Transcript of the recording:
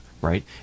right